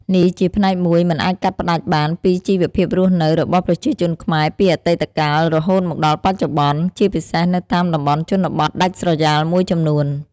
នេះជាផ្នែកមួយមិនអាចកាត់ផ្ដាច់បានពីជីវភាពរស់នៅរបស់ប្រជាជនខ្មែរពីអតីតកាលរហូតមកដល់បច្ចុប្បន្ន ជាពិសេសនៅតាមតំបន់ជនបទដាច់ស្រយាលមួយចំនួន។